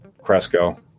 Cresco